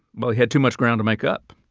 but had too much ground to make up